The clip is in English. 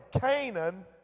Canaan